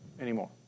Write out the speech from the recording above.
anymore